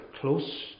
close